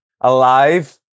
alive